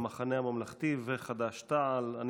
התשפ"ג 2023,